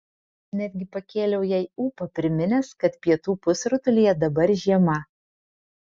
netgi pakėliau jai ūpą priminęs kad pietų pusrutulyje dabar žiema